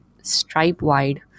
Stripe-wide